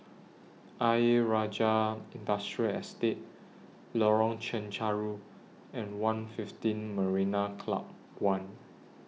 Ayer Rajah Industrial Estate Lorong Chencharu and one'fifteen Marina Club one